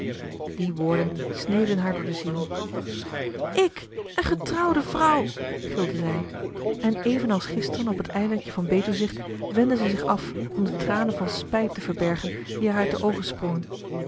die woorden sneden haar door de ziel ik een getrouwde vrouw gilde zij en evenals gisteren op het eilandje van betuwzicht wendde zij zich af om de tranen van spijt te verbergen die haar uit de oogen sprongen